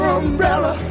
umbrella